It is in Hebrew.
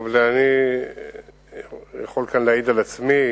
אני יכול כאן להעיד על עצמי,